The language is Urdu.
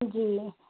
جی